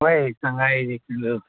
ꯍꯣꯏ ꯁꯉꯥꯏꯁꯤ